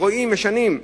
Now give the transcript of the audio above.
רואים, משנים.